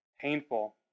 painful